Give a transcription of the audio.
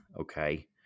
Okay